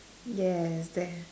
yes that